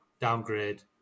downgrade